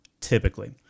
typically